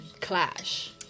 Clash